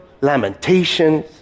lamentations